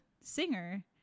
singer